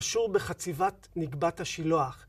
קשור בחציבת נקבת השילוח.